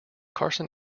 carson